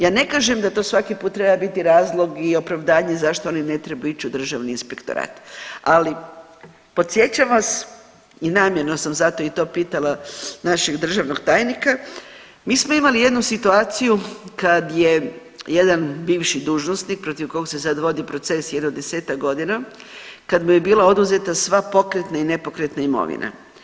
Ja ne kažem da to svari put treba biti razlog i opravdanje zašto oni ne trebaju ići u Državni inspektorat, ali podsjećam vas i namjerno sam zato i to pitala našeg državnog tajnika, mi smo imali jednu situaciju kad je jedan bivši dužnosnik protiv kog se sad vodi proces, jedno desetak godina, kad mu je bila oduzeta sva pokretna i nepokretna imovina.